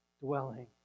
dwelling